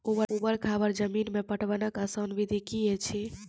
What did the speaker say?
ऊवर खाबड़ जमीन मे पटवनक आसान विधि की ऐछि?